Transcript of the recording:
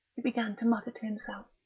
he began to mutter to himself.